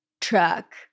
truck